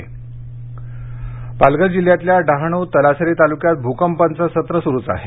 पालघर भकंप पालघर जिल्ह्यातल्या डहाणू तलासरी तालुक्यात भूकंपाचं सत्र सुरूच आहे